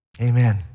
Amen